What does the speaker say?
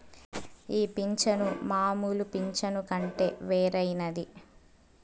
ఈ పింఛను మామూలు పింఛను కంటే వేరైనది